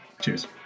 Cheers